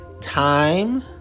time